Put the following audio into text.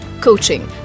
Coaching